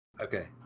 Okay